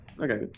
Okay